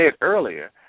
earlier